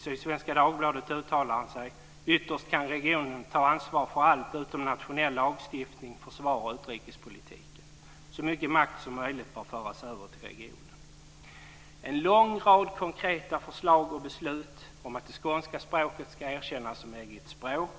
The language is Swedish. I Sydsvenska Dagbladet uttalar han: Ytterst kan regionen ta ansvar för allt utom nationell lagstiftning, försvar och utrikespolitiken. Så mycket makt som möjligt bör föras över till regionen. Det finns en lång rad konkreta förslag och beslut om att det skånska språket ska erkännas som eget språk.